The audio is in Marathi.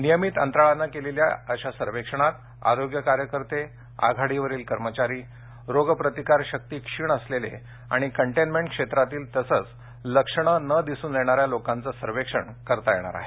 नियमित अंतराळाने केलेल्या अशा सर्वेक्षणात आरोग्य कार्यकर्ते आघाडीवरील कर्मचारी रोग प्रतिकार शक्ती क्षीण असलेले आणि कंटेनमेंट क्षेत्रातील तसंच लक्षणे न दिसून येणाऱ्या लोकांचे सर्वेक्षण करता येणार आहे